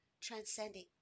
transcending